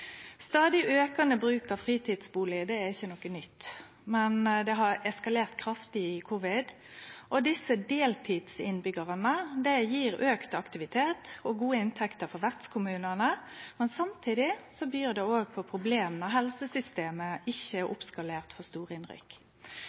Stadig aukande bruk av fritidsbustader er ikkje noko nytt, men det har eskalert kraftig under covid. Desse deltidsinnbyggjarane gjev auka aktivitet og gode inntekter for vertskommunane, men samtidig byr det på problem når helsesystemet ikkje er oppskalert for